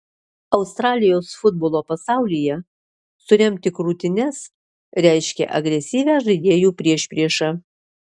australijos futbolo pasaulyje suremti krūtines reiškia agresyvią žaidėjų priešpriešą